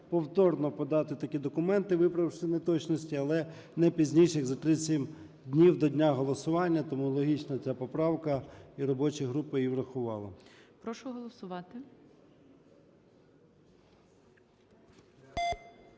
повторно подати такі документи, виправивши неточності, але не пізніше, як за 37 днів до дня голосування. Тому логічна ця поправка, і робоча група її врахувала.